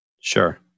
Sure